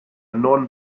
non